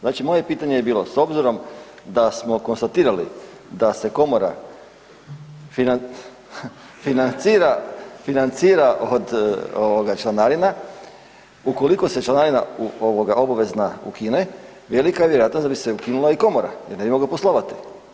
Znači moje pitanje je bilo, s obzirom da smo konstatirali da se komora financira, financira od ovoga članarina ukoliko se članarina ovoga obavezna ukine velika je vjerojatnost da bi se ukinula i komora jer ne bi mogla postojati.